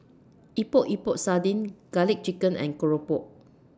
Epok Epok Sardin Garlic Chicken and Keropok